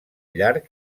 llarg